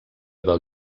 del